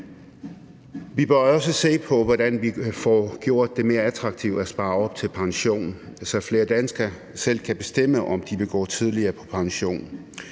Vi bør også se på, hvordan vi får gjort det mere attraktivt at spare op til pension, så flere danskere selv kan bestemme, om de vil gå tidligere på pension.